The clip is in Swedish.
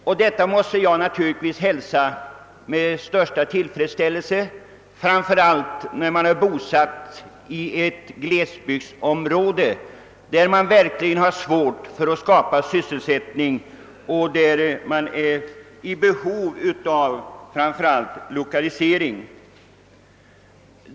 Naturligtvis måste man hälsa de föreslagna åtgärderna med största tillfredsställelse, särskilt när man är bosatt i ett glesbygdsområde där det verkligen är svårt att skapa sysselsättning och där det framför allt behövs lokalisering.